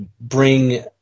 bring